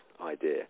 idea